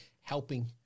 helping